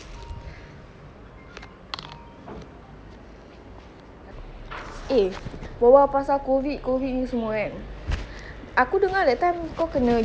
eh berbual pasal COVID COVID ni semua kan aku dengar that time kau kena pergi concert kan apa jadi ah